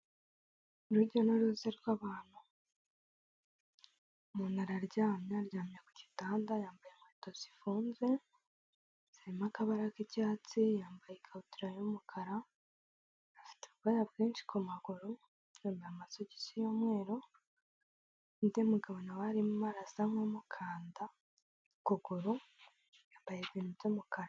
Urujya n'uruza rw'abantu umuntu araryamye aryamye ku gitanda yambaye inkweto zifunze, zirimo akabara k'icyatsi, yambaye ikabutura y'umukara, afite ubwoya bwinshi ku maguru, yambaye amasogisi y'umweru, undi mugabo nawe arimo arasa nk'umukanda ukuguru, yambaye ibintu by'umukara.